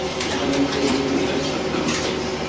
to connect with the universal councils.